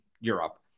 Europe